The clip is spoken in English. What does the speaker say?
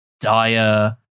dire